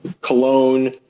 cologne